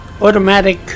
automatic